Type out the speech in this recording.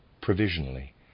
provisionally